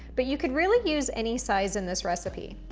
but you could really use any size in this recipe.